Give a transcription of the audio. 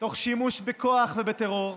תוך שימוש בכוח ובטרור,